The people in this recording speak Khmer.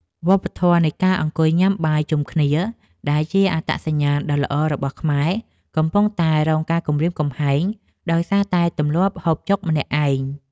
វប្បធម៌នៃការអង្គុយញ៉ាំបាយជុំគ្នាដែលជាអត្តសញ្ញាណដ៏ល្អរបស់ខ្មែរកំពុងតែរងការគំរាមកំហែងដោយសារតែទម្លាប់ហូបចុកម្នាក់ឯង។